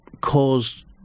caused